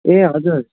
ए हजुर